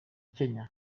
kenya